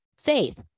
Faith